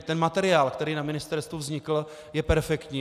Ten materiál, který na ministerstvu vznikl, je perfektní.